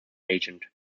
agent